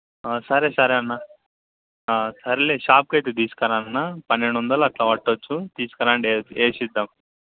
సరే సరే అన్న సర్లే షాప్కైతే తీసుకురా అన్న పన్నెండు వందలు అట్లా పట్టొచ్చు తీసుకురండి అది ఏసిద్దాం